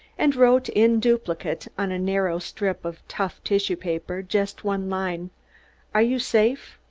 and wrote in duplicate, on a narrow strip of tough tissue-paper, just one line are you safe?